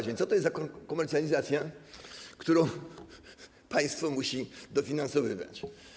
A więc co to jest za komercjalizacja, którą państwo musi dofinansowywać?